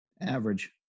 Average